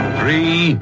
three